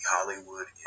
Hollywood